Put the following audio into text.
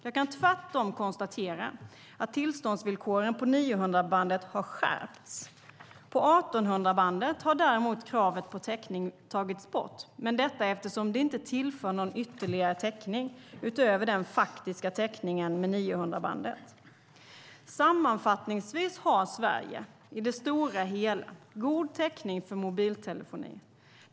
Jag kan tvärtom konstatera att tillståndsvillkoren på 900-megahertzbandet har skärpts. På 1 800-megahertzbandet har däremot kravet på täckning tagits bort, eftersom det inte tillför någon ytterligare täckning utöver den faktiska täckningen med 900-megahertzbandet. Sammanfattningsvis har Sverige i det stora hela god täckning för mobiltelefoni.